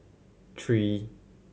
three